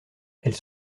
elles